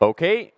Okay